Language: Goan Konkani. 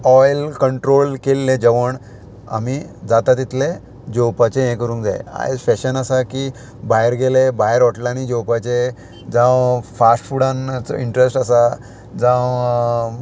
ऑयल कंट्रोल केल्ले जेवण आमी जाता तितले जेवपाचे हे करूंक जाय आयज फॅशन आसा की भायर गेले भायर हॉटलांनी जेवपाचे जावं फास्ट फुडान चड इंट्रस्ट आसा जावं